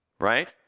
Right